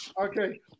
Okay